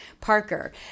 Parker